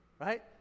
right